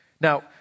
Now